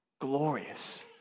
glorious